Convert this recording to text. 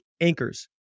Anchors